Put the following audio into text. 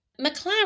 McLaren